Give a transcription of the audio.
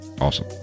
Awesome